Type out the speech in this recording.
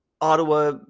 Ottawa